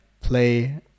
play